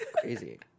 Crazy